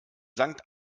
sankt